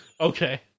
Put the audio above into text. Okay